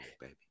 baby